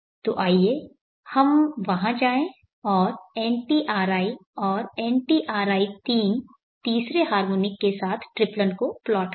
तो आइए हम वहां जाएं और ntri और ntri3 तीसरे हार्मोनिक के साथ ट्रिप्लन को प्लॉट करें